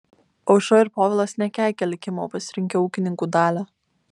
aušra ir povilas nekeikia likimo pasirinkę ūkininkų dalią